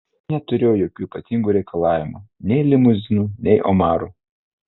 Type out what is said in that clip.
ji neturėjo jokių ypatingų reikalavimų nei limuzinų nei omarų